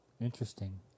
Interesting